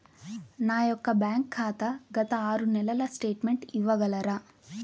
నా యొక్క బ్యాంక్ ఖాతా గత ఆరు నెలల స్టేట్మెంట్ ఇవ్వగలరా?